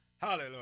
Hallelujah